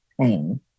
pain